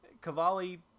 Cavalli